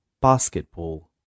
Basketball